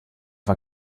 war